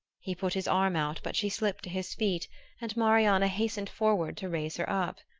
he put his arm out, but she slipped to his feet and marianna hastened forward to raise her up.